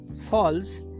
falls